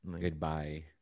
Goodbye